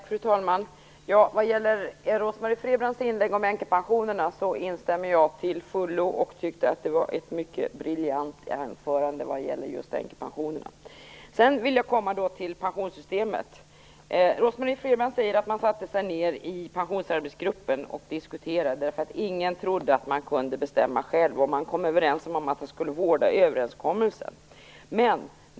Fru talman! I Rose-Marie Frebrans inlägg om änkepensionerna instämmer jag till fullo. Det var ett briljant anförande just i den delen. Sedan några ord om pensionssystemet. Rose Marie Frebran säger att man satte sig ned i pensionsarbetsgruppen och diskuterade. Ingen trodde att man själv kunde bestämma. Man kom överens om att vårda överenskommelsen.